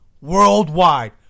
Worldwide